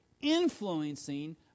influencing